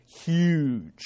huge